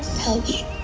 told you,